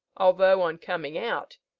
although, on coming out,